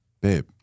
babe